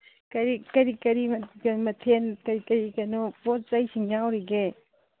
ꯀꯔꯤ ꯀꯔꯤ ꯃꯊꯦꯜ ꯀꯔꯤ ꯀꯔꯤ ꯀꯩꯅꯣ ꯄꯣꯠꯆꯩꯁꯤꯡ ꯌꯥꯎꯔꯤꯒꯦ